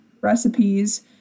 recipes